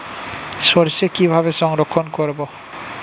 সরষে কিভাবে সংরক্ষণ করব?